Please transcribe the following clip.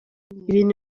ibintu